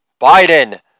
Biden